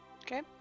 okay